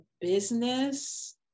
business